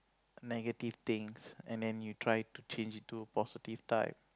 negative things and then you try to change it to a positive type